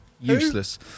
useless